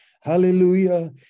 Hallelujah